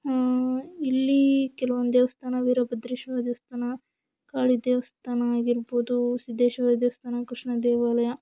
ಇಲ್ಲಿ ಕೆಲವೊಂದು ದೇವಸ್ಥಾನ ವೀರಭದ್ರೇಶ್ವರ ದೇವಸ್ಥಾನ ಕಾಳಿ ದೇವಸ್ಥಾನ ಆಗಿರ್ಬೋದು ಸಿದ್ದೇಶ್ವರ ದೇವಸ್ಥಾನ ಕೃಷ್ಣ ದೇವಾಲಯ